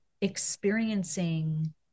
experiencing